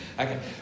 Okay